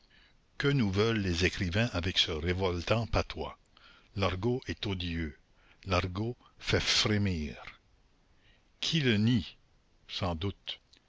que nous veulent les écrivains avec ce révoltant patois l'argot est odieux l'argot fait frémir qui le nie sans doute